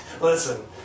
Listen